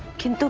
can